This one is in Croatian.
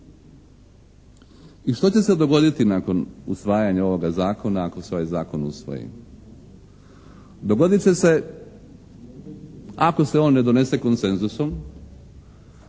I što će se dogoditi nakon usvajanja ovoga zakona ako se ovaj zakon usvoji? Dogodit će se ako se on ne donese konsezusom